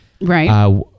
right